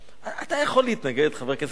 אתה יכול להתנגד, חבר הכנסת בן-ארי?